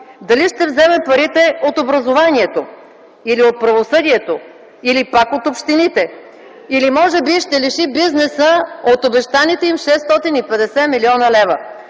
дали ще вземе парите от образованието, или от правосъдието, или пак от общините, или може би ще лиши бизнеса от обещаните му 650 млн. лв.,